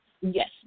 Yes